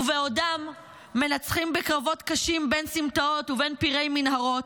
ובעודם מנצחים בקרבות קשים בין סמטאות ובין פירי מנהרות,